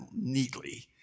neatly